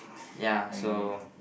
ya so